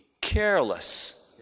careless